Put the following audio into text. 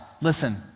Listen